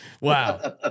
Wow